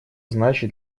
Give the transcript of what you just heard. значит